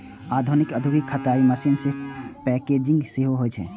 आधुनिक औद्योगिक कताइ मशीन मे पैकेजिंग सेहो होइ छै